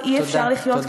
ואי-אפשר לחיות ככה.